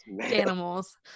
animals